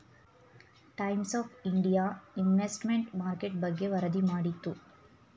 times of India investment market ಬಗ್ಗೆ ವರದಿ ಮಾಡಿತು